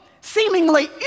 seemingly